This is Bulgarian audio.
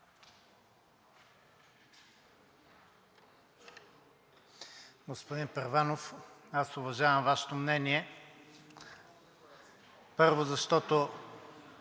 Господин Първанов, аз уважавам Вашето мнение, първо, защото